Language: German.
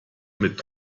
mit